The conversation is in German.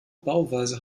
bauweise